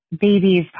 babies